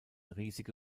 riesige